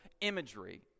imagery